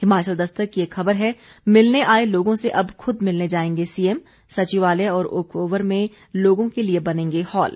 हिमाचल दस्तक की एक खबर है मिलने आए लोगों से अब खुद मिलने जाएंगे सीएम सचिवालय और ओकओवर में लोगों के लिये बनेंगे हॉल